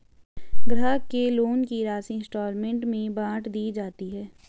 ग्राहक के लोन की राशि इंस्टॉल्मेंट में बाँट दी जाती है